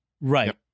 right